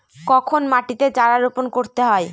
কখন মাটিতে চারা রোপণ করতে হয়?